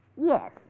Yes